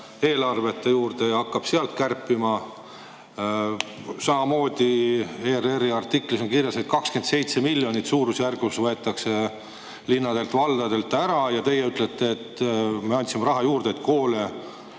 eelarvete kallale ja hakkab sealt kärpima. Samamoodi on ERR-i artiklis kirjas, et 27 miljonit suurusjärgus võetakse linnadelt-valdadelt ära, aga teie ütlete, et me andsime raha juurde, et koole